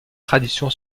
tradition